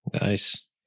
Nice